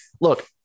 Look